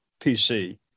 PC